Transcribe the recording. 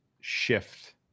shift